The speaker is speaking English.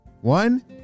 one